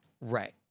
Right